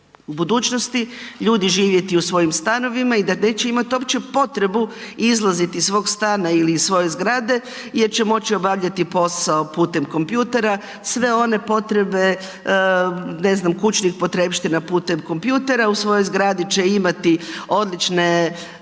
u budućnosti ljudi živjeti u svojim stanovima i da neće imat uopće potrebu izlaziti iz svog stana ili iz svoje zgrade jer će moći obavljati posao putem kompjutera, sve one potrebe, ne znam, kućnih potrepština putem kompjutera, u svojoj zgradi će imati odlične